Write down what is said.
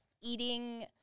eating